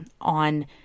on